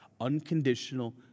unconditional